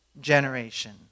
generation